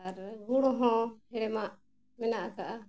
ᱟᱨ ᱜᱩᱲ ᱦᱚᱸ ᱦᱮᱲᱮᱢᱟᱜ ᱢᱮᱱᱟᱜ ᱟᱠᱟᱜᱼᱟ